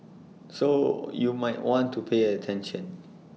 so you might want to pay attention